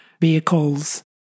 vehicles